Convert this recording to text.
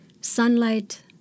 Sunlight